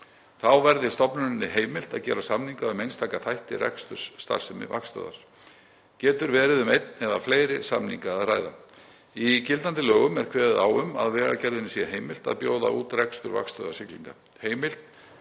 Þá verði stofnuninni heimilt að gera samninga um einstaka þætti reksturs starfsemi vaktstöðvar og getur verið um einn eða fleiri samninga að ræða. Í gildandi lögum er kveðið á um að Vegagerðinni sé heimilt að bjóða út rekstur vaktstöðvar siglinga.